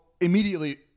immediately